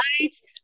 lights